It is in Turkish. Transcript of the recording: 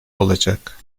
olacak